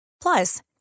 Plus